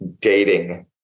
dating